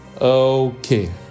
Okay